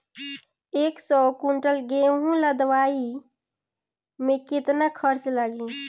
एक सौ कुंटल गेहूं लदवाई में केतना खर्चा लागी?